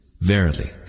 Verily